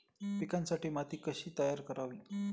पिकांसाठी माती कशी तयार करावी?